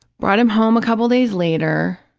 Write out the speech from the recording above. brought him home a couple days later,